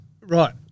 Right